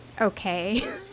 okay